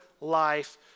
life